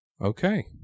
Okay